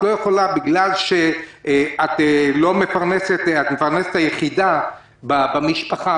את לא יכולה משום שאת המפרנסת היחידה במשפחה.